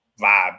vibe